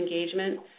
engagement